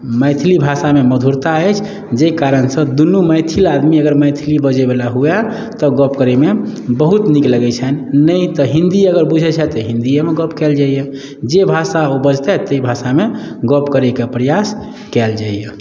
मैथिली भाषामे मधुरता अछि जाहि कारण सॅं दुनू मैथिल आदमी अगर मैथिली बजैबला हुए तऽ गप्प करैमे बहुत नीक लगै छनि नहि तऽ हिन्दी अगर बुझै छथि तऽ हिन्दियेमे गप्प कयल जाइया जे भाषा ओ बजतैत ताहि भाषामे गप्प करैके प्रयास कयल जाइयै